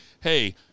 hey